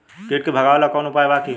कीट के भगावेला कवनो उपाय बा की?